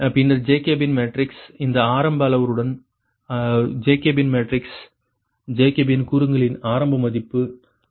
பின்னர் ஜேகோபியன் மேட்ரிக்ஸில் இந்த ஆரம்ப அளவுருவுடன் ஜேகோபியன் மேட்ரிக்ஸின் ஜேகோபியன் கூறுகளின் ஆரம்ப மதிப்பு 52